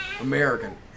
American